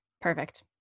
Perfect